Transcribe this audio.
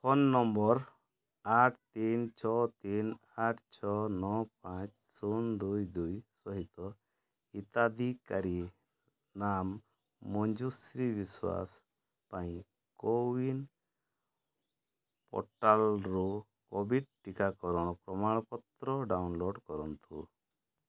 phone ନମ୍ବର ଆଠ ତିନି ଛଅ ତିନି ଆଠ ଛଅ ନଅ ପାଞ୍ଚ ଶୂନ ଦୁଇ ଦୁଇ ସହିତ ହିତାଧିକାରୀ ନାମ ମଞ୍ଜୁଶ୍ରୀ ବିଶ୍ୱାସ ପାଇଁ କୋୱିନ୍ ପୋର୍ଟାଲ୍ରୁ କୋଭିଡ଼୍ ଟିକାକରଣ ପ୍ରମାଣପତ୍ର ଡ଼ାଉନଲୋଡ଼୍ କରନ୍ତୁ